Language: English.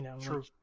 True